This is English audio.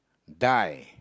die